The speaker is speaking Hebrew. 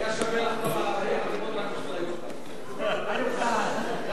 היה שווה לחתום את 40 החתימות רק בשביל איוב קרא.